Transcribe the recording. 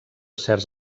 certs